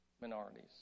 minorities